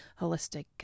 holistic